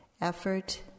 effort